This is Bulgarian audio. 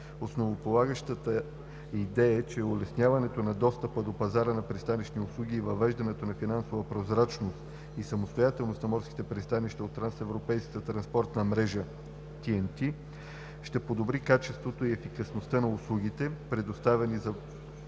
Основополагащата идея е, че улесняването на достъпа до пазара на пристанищни услуги и въвеждането на финансова прозрачност и самостоятелност на морските пристанища от трансевропейската транспортна мрежа (TEN-T) ще подобри качеството и ефикасността на услугите, предоставяни на